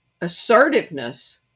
assertiveness